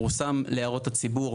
פורסם להערות הציבור,